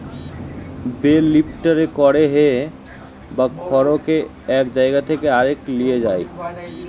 bell লিফ্টারে করে হে বা খড়কে এক জায়গা থেকে আরেক লিয়ে যায়